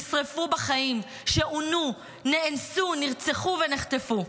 נשים שנשרפו בחיים, עונו, נאנסו, נרצחו ונחטפו.